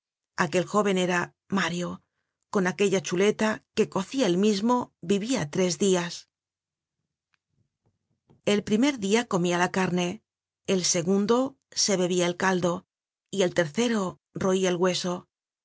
aquel jóven era mario con aquella chuleta que cocia él mismo vivia tres dias el primer dia comia la carne el segundo se bebia el caldo y el tercero roia el hueso